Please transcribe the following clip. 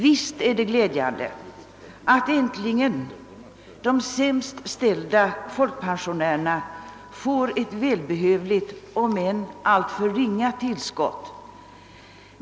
Visst är det glädjande att äntligen de sämst ställda folkpensionärerna får ett välbehövligt om än alltför ringa tillskott.